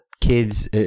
kids